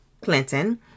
Clinton